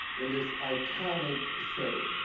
in this iconic setting.